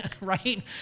right